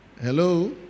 Hello